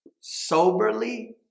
soberly